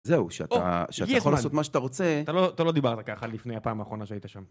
זהו, שאתה... שאתה יכול לעשות מה שאתה רוצה. אתה לא דיברת ככה לפני הפעם האחרונה שהיית שם.